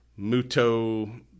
Muto